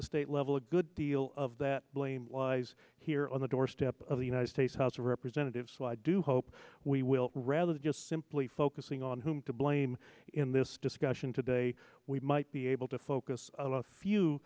the state level a good deal of that blame lies here on the doorstep of the united states house of representatives so i do hope we will rather than just simply focusing on whom to blame in this discussion today we might be able to focus of a few